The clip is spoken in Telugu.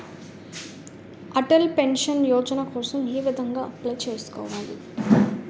అటల్ పెన్షన్ యోజన కోసం ఏ విధంగా అప్లయ్ చేసుకోవాలి?